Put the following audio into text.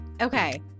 okay